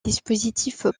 dispositifs